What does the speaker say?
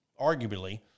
arguably